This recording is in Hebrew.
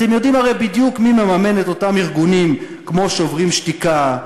אתם הרי יודעים בדיוק מי מממן את אותם ארגונים כמו "שוברים שתיקה",